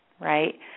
right